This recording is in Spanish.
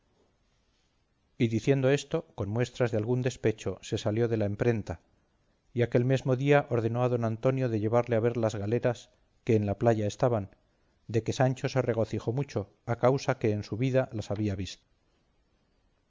diciendo esto con muestras de algún despecho se salió de la emprenta y aquel mesmo día ordenó don antonio de llevarle a ver las galeras que en la playa estaban de que sancho se regocijó mucho a causa que en su vida las había visto